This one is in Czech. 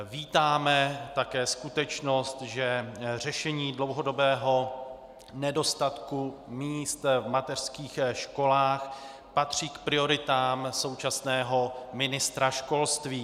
Vítáme také skutečnost, že řešení dlouhodobého nedostatku míst v mateřských školách patří k prioritám současného ministra školství.